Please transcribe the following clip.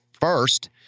first